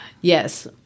Yes